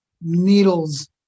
needles